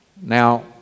Now